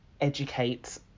educate